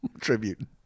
tribute